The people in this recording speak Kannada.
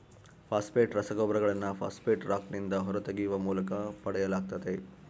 ಫಾಸ್ಫೇಟ್ ರಸಗೊಬ್ಬರಗಳನ್ನು ಫಾಸ್ಫೇಟ್ ರಾಕ್ನಿಂದ ಹೊರತೆಗೆಯುವ ಮೂಲಕ ಪಡೆಯಲಾಗ್ತತೆ